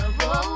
whoa